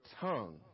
tongue